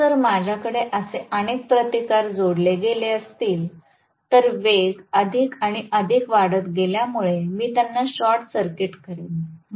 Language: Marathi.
म्हणून जर माझ्याकडे असे अनेक प्रतिकार जोडले गेले असतील तर वेग अधिक आणि अधिक वाढत गेल्यामुळे मी त्यांना शॉर्ट सर्किट करेन